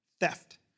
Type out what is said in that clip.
theft